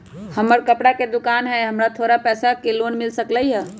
हमर कपड़ा के दुकान है हमरा थोड़ा पैसा के लोन मिल सकलई ह?